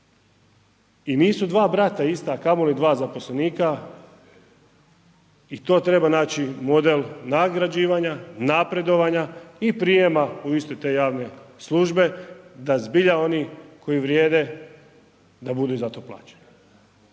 I nisu dva brata ista, a kamoli 2 zaposlenika i to treba naći model nagrađivanja, napredovanja i prijema u iste te javne službe da zbilja oni koji vrijede da budu i zato plaćeni.